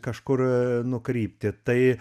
kažkur nukrypti tai